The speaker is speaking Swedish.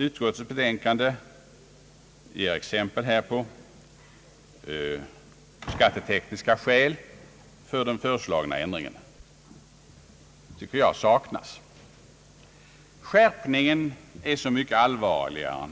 Utskottets betänkande ger exempel härpå. Jag tycker dock att skattetekniska skäl för den föreslagna ändringen saknas. Skatteskärpningen är så mycket allvarligare